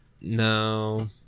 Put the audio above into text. no